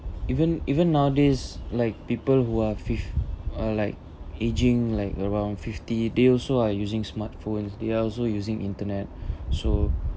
even even nowadays like people who are fif~ uh like aging like around fifty they also are using smartphones they also using internet so